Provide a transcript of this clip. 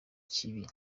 kibi